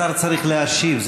השר צריך להשיב,